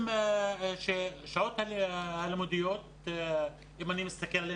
השעות הלימודיות, אם אני מסתכל,